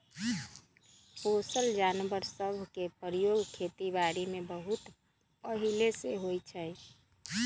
पोसल जानवर सभ के प्रयोग खेति बारीमें बहुते पहिले से होइ छइ